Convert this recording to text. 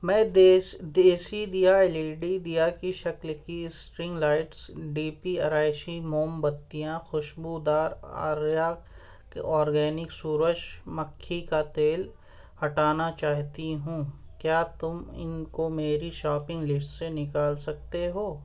میں دیش دیشی دیا ایل ای ڈی دیا کی شکل کی اسٹرنگ لائٹس ڈی پی آرائشی موم بتیاں خوشبودار آریہ کے اورگینک سورج مکھی کا تیل ہٹانا چاہتی ہوں کیا تم ان کو میری شاپنگ لیسٹ سے نکال سکتے ہو